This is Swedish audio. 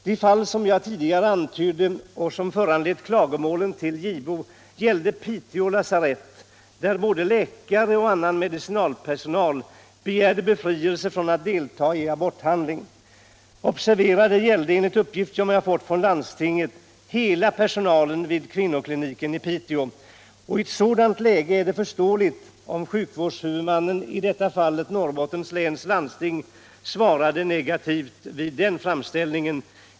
Det fall som jag tidigare antydde och som föranlett klagomålen till JO gäller Piteå lasarett, där både läkare och annan medicinalpersonal begärde befrielse från att delta i abortbehandling. Observera: det gällde — enligt uppgift jag fått från landstinget — hela personalen vid kvinnokliniken i Piteå. Och i ett sådant läge är det förståeligt om sjukvårdshuvudmannen, i detta fall Norrbottens läns landsting, svarade negativt på framställningen.